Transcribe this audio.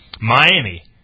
Miami